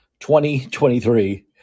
2023